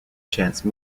chance